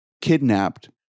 kidnapped